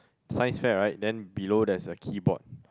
Science fair right then below there is a keyboard